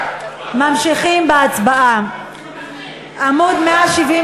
אין בעיה.